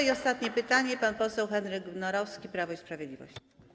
I ostatnie pytanie, pan poseł Henryk Wnorowski, Prawo i Sprawiedliwość.